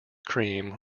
cream